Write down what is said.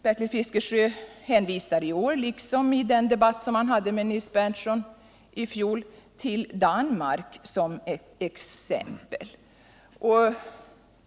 Bertil Fiskesjö hänvisar i år liksom han gjorde i den debatt han i fjol förde med Nils Berndtson till Danmark som ett exempel.